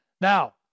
Now